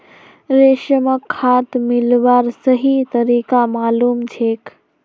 रमेशक खाद मिलव्वार सही तरीका मालूम छेक